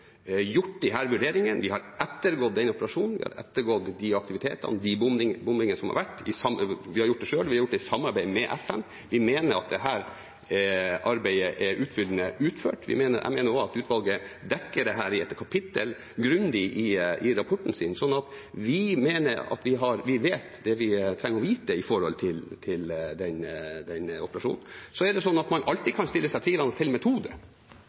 gjort disse vurderingene i henhold til de reglene og prosedyrene vi mener er gode. Vi har ettergått den operasjonen. Vi har ettergått de aktivitetene og de bombingene som har vært. Vi har gjort det selv. Vi har gjort det i samarbeid med FN. Vi mener at dette arbeidet er utfyllende utført. Jeg mener også at utvalget dekker dette, i et kapittel, grundig i rapporten sin. Vi mener at vi vet det vi trenger å vite når det gjelder den operasjonen. Man kan alltid stille seg tvilende til metode.